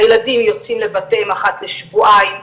הילדים יוצאים לבתים אחת לשבועיים.